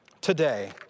today